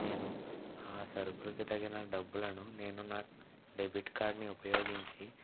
నేను ఆ సరకులకు తగిన డబ్బులను నేను నా డెబిట్ కార్డుని ఉపయోగించి